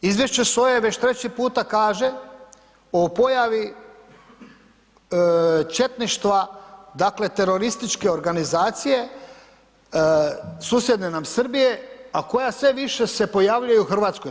Izvješće SOA-e već treći puta kaže o pojavi četništva, dakle terorističke organizacije susjedne nam Srbije a koja sve više se pojavljuje u Hrvatskoj.